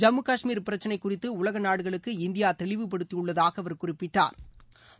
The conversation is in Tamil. ஜம்மு காஷ்மீர் பிரச்சளைக் குறித்து உலக நாடுகளுக்கு இந்தியா தெளிவுப்படுத்தியுள்ளதாக அவர் குறிப்பிட்டா்